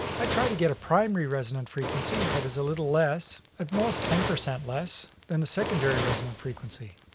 i try to get a primary resonant frequency that is a little less, at most ten percent less, than the secondary resonant frequency.